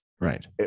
Right